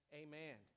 amen